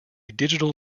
digital